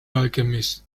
alchemist